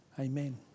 Amen